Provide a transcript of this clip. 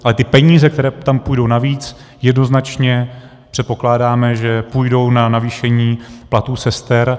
Ale ty peníze, které tam půjdou navíc, jednoznačně předpokládáme, že půjdou na navýšení platů sester.